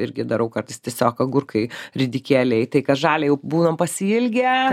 irgi darau kartais tiesiog agurkai ridikėliai tai kas žalia jau būnam pasiilgę